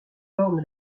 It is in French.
orne